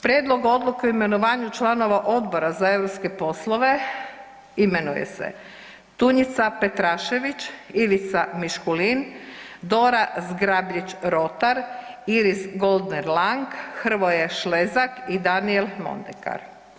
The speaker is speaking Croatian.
Prijedlog odluke o imenovanju članova Odbora za europske poslove imenuju se Tunjica Petrašević, Ivica Miškulić, Dora Zgrabljić Rotar, Iris Goldner Lang, Hrvoje Šlezak i Danijel Mondekar.